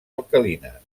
alcalines